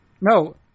No